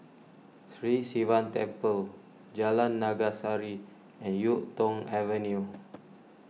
Sri Sivan Temple Jalan Naga Sari and Yuk Tong Avenue